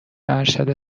ارشد